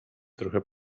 trochę